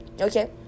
okay